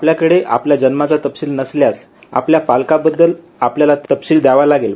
आपल्याकडे आपल्या जन्माचा तपशील नसल्यास आपल्या पालकांबद्दल आप तपशील द्यावा लागेल